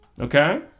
Okay